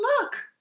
look